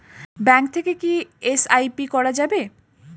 Bank থেকে কী SIP করা যাবে?